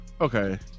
Okay